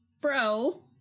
bro